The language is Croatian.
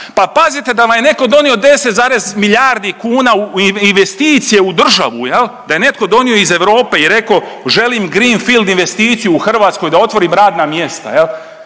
Pa pazite, da vam je netko donio 10 zarez milijardi kuna u investicije, u državu, je li, da je netko donio iz Europe i rekao, želim greenfield investiciju u Hrvatskoj, da otvorim radna mjesta,